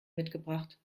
mitgebracht